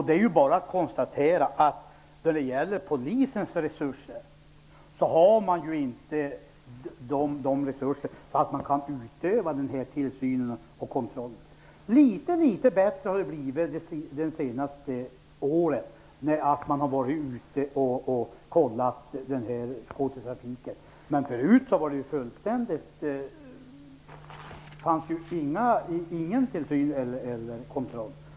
Det är bara att konstatera att polisen inte har resurser att kunna utöva tillsyn och kontroll. Litet bättre har det blivit det senaste året. Polisen har varit ute och kollat skotertrafiken. Förut fanns ingen som helst tillsyn eller kontroll.